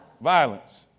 Violence